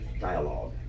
dialogue